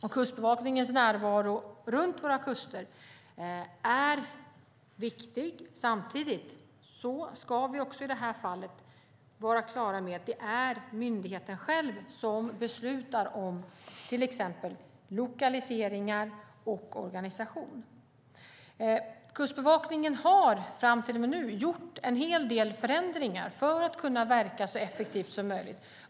Och Kustbevakningens närvaro runt våra kuster är viktig. Samtidigt ska vi i det här fallet vara klara med att det är myndigheten själv som beslutar om till exempel lokaliseringar och organisation. Kustbevakningen har fram till och med nu gjort en hel del förändringar för att kunna verka så effektivt som möjligt.